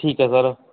ਠੀਕ ਹੈ ਸਰ